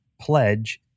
pledge